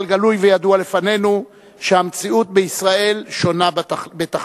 אבל גלוי וידוע לפנינו שהמציאות בישראל שונה בתכלית.